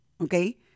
Okay